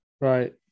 Right